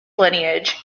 lineage